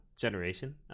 generation